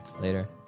Later